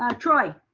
um troy.